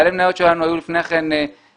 ובעלי המניות שלנו היו לפני כן בריטים